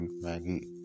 Maggie